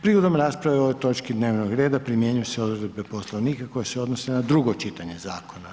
Prigodom rasprave o ovoj točki dnevnog reda primjenjuju se odredbe Poslovnika koje se odnose na drugo čitanje zakona.